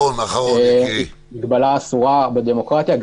מגבלה אסורה בדמוקרטיה.